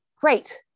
great